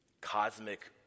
cosmic